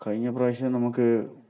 കഴിഞ്ഞ പ്രാവശ്യം നമുക്ക്